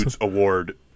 award